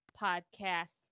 Podcasts